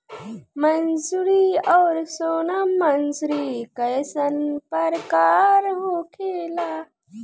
मंसूरी और सोनम मंसूरी कैसन प्रकार होखे ला?